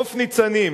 חוף ניצנים,